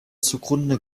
zugrunde